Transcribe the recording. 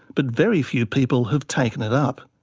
but very few people have taken it up.